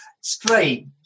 Straight